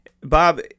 Bob